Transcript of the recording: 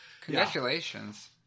Congratulations